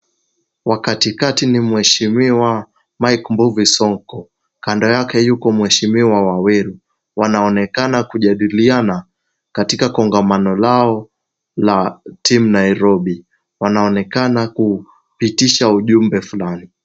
Wa katikati ni mheshimiwa Mike Mbuvi Sonko. Kando yake yuko mheshimiwa Waweru. Wanaonekana kujadiliana katika kongamano lao la Team Nairobi. Wanaonekana kupitisha ujumbe fulani.